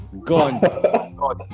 gone